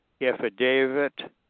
affidavit